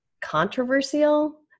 controversial